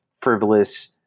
frivolous